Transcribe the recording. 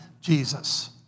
Jesus